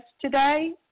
today